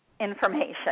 information